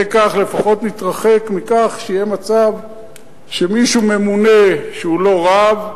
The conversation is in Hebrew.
ועל-ידי כך לפחות נתרחק מכך שיהיה מצב שממונה מישהו שהוא לא רב,